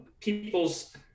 people's